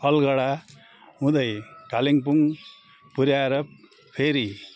अलगढा हुँदै कालिम्पोङ पुऱ्याएर फेरि